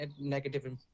negative